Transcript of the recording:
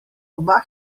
oba